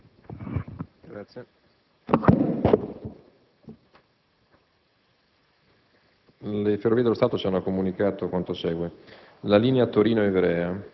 Presidente, le Ferrovie dello Stato ci hanno comunicato quanto segue.